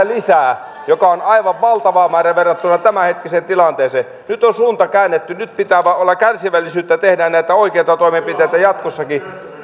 lisää mikä on aivan valtava määrä verrattuna tämänhetkiseen tilanteeseen nyt on suunta käännetty nyt pitää vain olla kärsivällisyyttä ja tehdä näitä oikeita toimenpiteitä jatkossakin